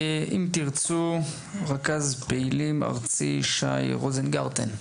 תנועת אם תרצו, רכז פעילים ארצי, שי רוזנגרטן,